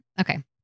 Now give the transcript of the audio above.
Okay